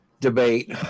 debate